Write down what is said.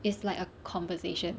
it's like a conversation